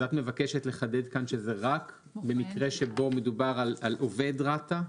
אז את מבקשת לחדד כאן שזה רק במקרה שבו מדובר על עובד רת"א?